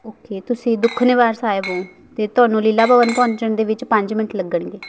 okay ਤੁਸੀਂ ਦੁੱਖ ਨਿਵਾਰਨ ਸਾਹਿਬ ਹੋ ਅਤੇ ਤੁਹਾਨੂੰ ਲੀਲਾ ਭਵਨ ਪਹੁੰਚਣ ਦੇ ਵਿੱਚ ਪੰਜ ਮਿੰਟ ਲੱਗਣਗੇ